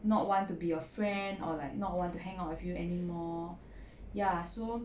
not want to be your friend or like not want to hang out with you anymore ya so